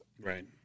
Right